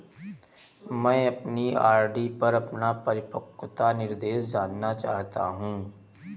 मैं अपनी आर.डी पर अपना परिपक्वता निर्देश जानना चाहता हूँ